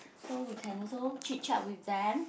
so we can also chit chat with them